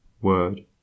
word